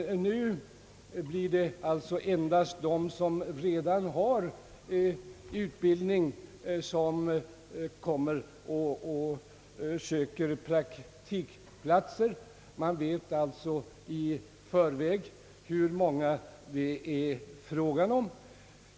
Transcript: Nu blir det alltså endast de som redan har utbildning som kommer och söker praktikplatser, och man vet i förväg hur många det är frågan om.